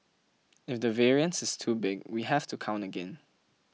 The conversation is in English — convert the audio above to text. if the variance is too big we have to count again